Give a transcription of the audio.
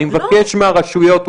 אני מבקש מהרשויות,